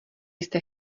jste